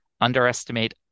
underestimate